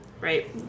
Right